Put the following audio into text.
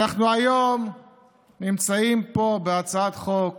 אנחנו היום נמצאים פה בהצעת חוק